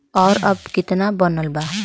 और अब कितना बनल बा?